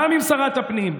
גם עם שרת הפנים.